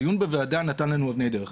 הדיון בוועדה נתן לנו אבני דרך.